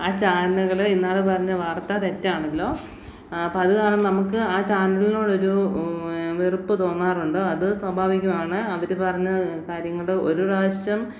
ആ ചാനലുകള് ഇന്നാള് പറഞ്ഞ വാർത്ത തെറ്റാണല്ലോ അപ്പോള് അത് കാരണം നമുക്ക് ആ ചാനലിനോടൊരു വെറുപ്പ് തോന്നാറുണ്ട് അത് സ്വാഭാവികമാണ് അവര് പറഞ്ഞ കാര്യങ്ങള് ഒരു പ്രാവശ്യം